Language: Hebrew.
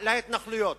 להתנחלויות.